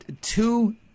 Two